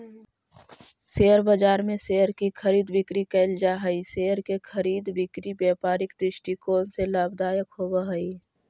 share बाजार में share की खरीद बिक्री कैल जा हइ शेयर के खरीद बिक्री व्यापारिक दृष्टिकोण से लाभदायक होवऽ हइ